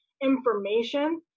information